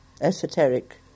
esoteric